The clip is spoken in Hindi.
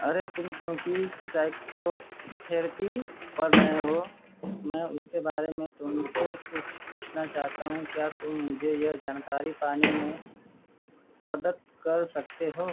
अरे तुम क्योंकि साइकोथेरेपी पढ़ रहे हो मैं उसके बारे में तुमसे कुछ पूछना चाहता हूँ क्या तुम मुझे यह जानकारी पाने में मदद कर सकते हो